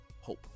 hope